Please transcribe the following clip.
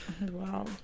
Wow